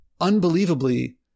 unbelievably